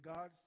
God